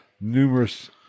numerous